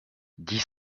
dix